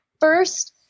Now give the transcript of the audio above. first